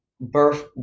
Birth